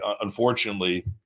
unfortunately